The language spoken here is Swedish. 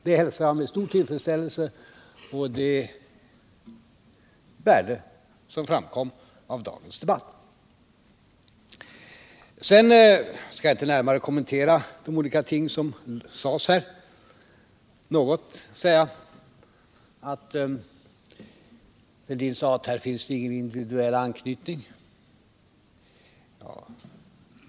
Det hälsar jag som sagt med stor tillfredsställelse; det är det värdefulla som dagens debatt givit. Sedan skall jag inte närmare kommentera de olika saker som tagits upp. Låt mig bara nämna ett par ting. Herr Fälldin sade att här finns ingen individuell anknytning.